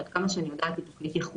שעד כמה שאני יודעת היא תכנית ייחודית,